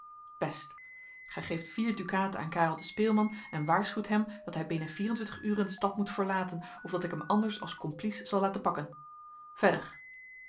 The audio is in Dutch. best gij geeft vier dukaten aan karel den speelman en waarschuwt hem dat hij binnen vierentwintig uren de stad moet verlaten of dat ik hem anders als complice zal laten pakken verder